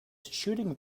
shooting